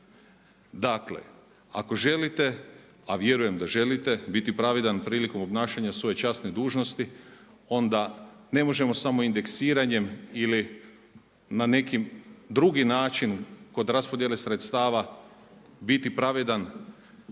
Dakle ako želite, a vjerujem da želite, biti pravedan prilikom obnašanja svoje časne dužnosti onda ne možemo samo indeksiranjem ili na neki drugi način kod raspodjele sredstava biti pravedan